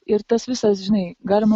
ir tas visas žinai galima